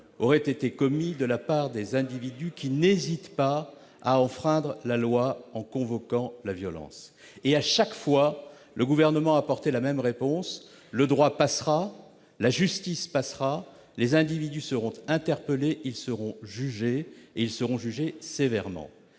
auraient été commis de la part d'individus qui n'hésitent pas à enfreindre la loi en convoquant la violence. Chaque fois, le Gouvernement a apporté la même réponse : le droit passera ; la justice passera ; les individus seront interpellés, ils seront jugés, et ils le seront sévèrement.